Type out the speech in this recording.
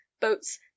boats